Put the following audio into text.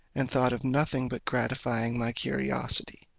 and thought of nothing but gratifying my curiosity.